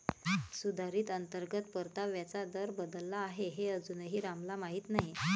सुधारित अंतर्गत परताव्याचा दर बदलला आहे हे अजूनही रामला माहीत नाही